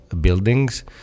buildings